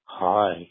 Hi